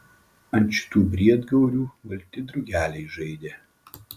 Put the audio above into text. ant šitų briedgaurių balti drugeliai žaidė